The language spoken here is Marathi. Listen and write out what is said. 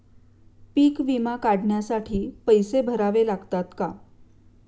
पीक विमा काढण्यासाठी पैसे भरावे लागतात का?